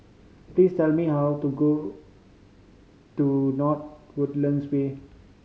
please tell me how to go to North Woodlands Way